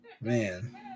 man